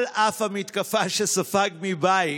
על אף המתקפה שספג מבית,